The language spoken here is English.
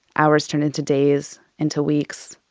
hours turned into days, into weeks.